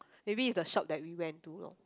maybe is the shop that we went to lor